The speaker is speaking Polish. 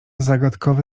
zagadkowy